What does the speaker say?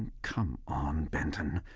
come on, benton.